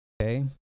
okay